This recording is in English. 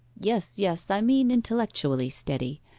yes yes i mean intellectually steady.